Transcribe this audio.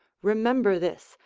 remember this,